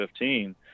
2015